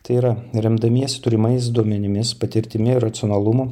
tai yra remdamiesi turimais duomenimis patirtimi ir racionalumu